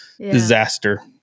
disaster